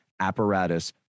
apparatus